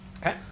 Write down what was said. Okay